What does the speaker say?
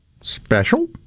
special